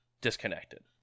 disconnected